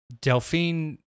Delphine